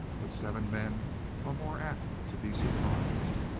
but seven men are more apt to be surprised.